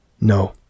No